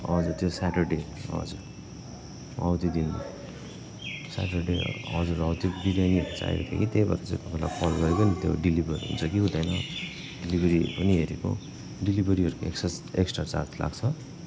हजुर त्यो स्याटरडे हजुर हो त्यो दिन स्याटरडे हजुर हो त्यो बिर्यानीहरू चाहिएको थियो कि त्यही भएर चाहिँ तपाईँलाई कल गरेको नि त्यो डेलिभर हुन्छ कि हुँदैन त्यो डेलिभरी पनि हेरेको हौ डेलिभरीहरूको एक्सट्रा चार्ज लाग्छ